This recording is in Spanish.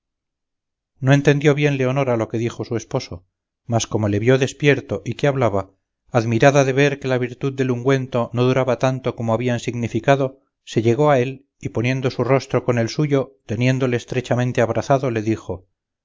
no entendió bien leonora lo que dijo su esposo mas como le vio despierto y que hablaba admirada de ver que la virtud del ungüento no duraba tanto como habían significado se llegó a él y poniendo su rostro con el suyo teniéndole estrechamente abrazado le dijo